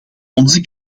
onze